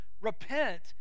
Repent